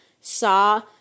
saw